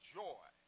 joy